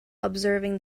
observing